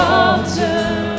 altar